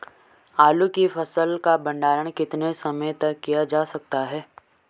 आलू की फसल का भंडारण कितने समय तक किया जा सकता है?